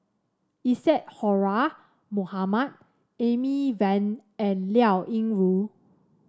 Isadhora Mohamed Amy Van and Liao Yingru